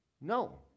No